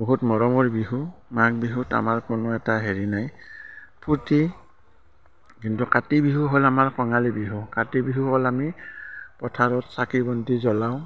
বহুত মৰমৰ বিহু মাঘ বিহুত আমাৰ কোনো এটা হেৰি নাই ফূৰ্তি কিন্তু কাতি বিহু হ'ল আমাৰ কঙালী বিহু কাতি বিহু হ'ল আমি পথাৰত চাকি বন্তি জ্বলাওঁ